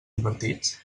divertits